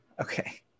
Okay